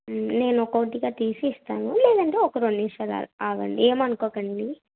నేనొకోటిగా తీసి ఇస్తాను లేదంటే ఒక రెండు నిముషాలు ఆగండి ఏమనుకోకండి